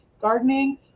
gardening